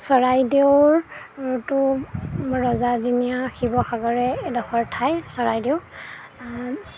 চৰাইদেউৰ তো ৰজাদিনীয়া শিৱসাগৰৰে এডোখৰ ঠাই চৰাইদেউ